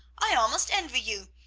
i almost envy you.